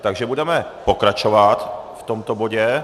Takže budeme pokračovat v tomto bodě.